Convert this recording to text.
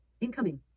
incoming